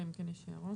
אלא אם כן יש הערות.